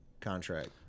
contract